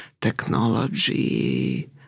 technology